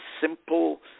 simple